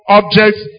objects